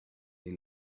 that